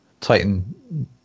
titan